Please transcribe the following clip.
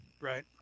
Right